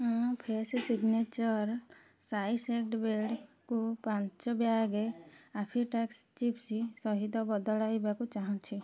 ମୁଁ fresh signature sliced ବ୍ରେଡ଼୍କୁ ପାଞ୍ଚ ବ୍ୟାଗ୍ ଆପ୍ପିଟାସ୍ ଚିପ୍ସ୍ ସହିତ ବଦଳାଇବାକୁ ଚାହୁଁଛି